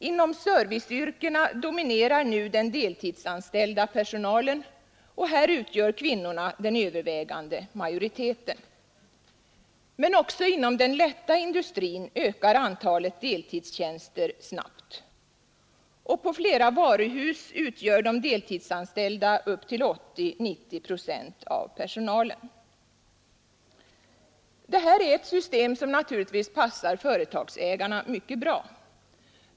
Inom serviceyrkena dominerar nu den deltidsanställda personalen, och här utgör kvinnorna den övervägande majoriteten. Men också inom den lätta industrin ökar antalet deltidstjänster snabbt. Och på flera varuhus utgör de deltidsanställda upp till 80—90 procent av personalen. Det här är ett system som naturligtvis passar företagsägarna mycket bra.